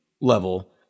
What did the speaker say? level